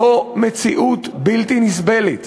וזאת מציאות בלתי נסבלת.